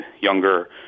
younger